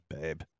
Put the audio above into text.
babe